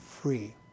free